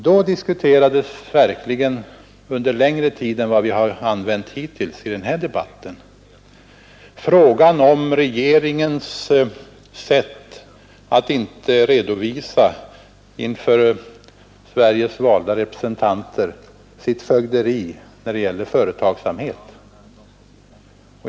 Då diskuterades verkligen — under längre tid än vi har använt hittills i den här debatten — frågan om regeringens sätt att inte inför svenska folkets valda representanter redovisa sitt fögderi när det gäller statlig företagsamhet.